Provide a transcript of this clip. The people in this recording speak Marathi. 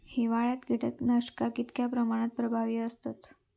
हिवाळ्यात कीटकनाशका कीतक्या प्रमाणात प्रभावी असतत?